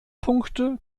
punkte